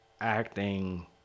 acting